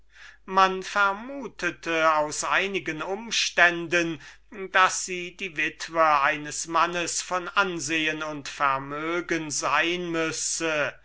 man vermutete aus einigen umständen daß sie die witwe eines mannes von ansehen und vermögen sein müsse